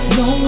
no